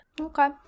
okay